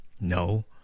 no